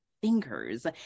fingers